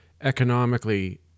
economically